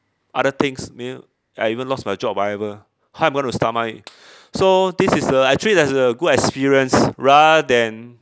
other things meaning I even lost my job whatever how I'm going to stomach it so this is uh actually that's a good experience rather than